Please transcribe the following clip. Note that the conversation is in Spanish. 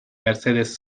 mercedes